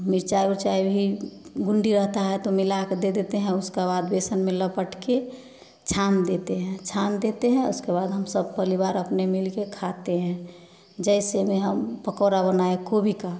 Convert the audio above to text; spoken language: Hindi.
मिर्चा उर्चाइ भी गुंडी रहता है तो मिला के दे देते हैं उसका बाद बेसन में लपेट के छान देते हैं छान देते हैं उसके बाद हम सब परिवार अपने मिलके खाते हैं जैसे में हम पकौड़ा बनाए गोभी का